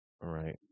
right